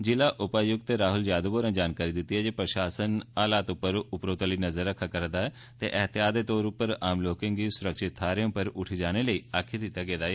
ज़िला उपायुक्त राहुल यादव होरें दस्सेआ जे प्रषासन हालात पर उपरोतली नजर रक्खै करदा ऐ ते एहतियात दे तौरा पर आम लोके गी सुरक्षित थाहरें पर उठी जाने लेई आक्खी दित्ता गेआ ऐ